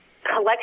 collection